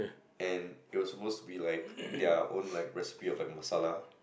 and it was supposed to be like their own like recipe of masala